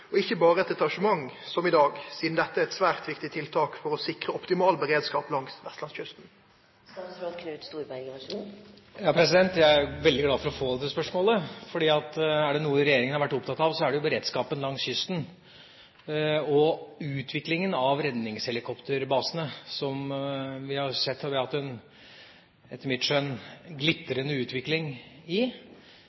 og ikkje berre eit detasjement som i dag, sidan dette er eit svært viktig tiltak for å sikre optimal beredskap langs Vestlandskysten?» Jeg er veldig glad for å få dette spørsmålet, for er det noe regjeringen har vært opptatt av, er det beredskapen langs kysten og utviklingen av redningshelikopterbasene. Som vi har sett, har vi etter mitt skjønn hatt en glitrende utvikling, og vi har lagt stor vekt på at